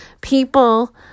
people